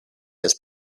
his